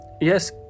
yes